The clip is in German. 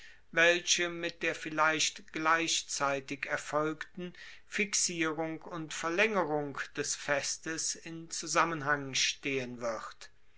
welche mit der vielleicht gleichzeitig erfolgten fixierung und verlaengerung des festes in zusammenhang stehen wird